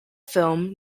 film